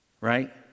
right